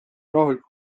rahulikult